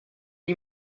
une